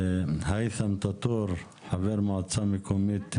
היתם טאטור, חבר מועצה מקומית ריינה.